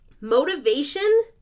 Motivation